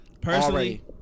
Personally